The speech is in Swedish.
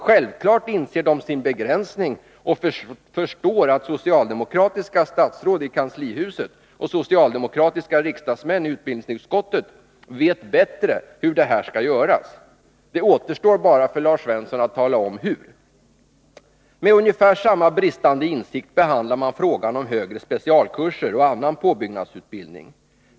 Självfallet inser de sin begränsning och förstår att socialdemokratiska statsråd i kanslihuset och socialdemokratiska riksdagsmän i utbildningsutskottet vet bättre hur det här skall göras. Det återstår bara för Lars Svensson att tala om hur! Med ungefär samma bristande insikt behandlar man frågan om högre specialkurser och annan påbyggnadsutbildning.